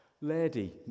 lady